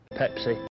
Pepsi